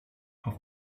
auf